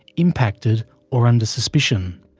impacted or under suspicion.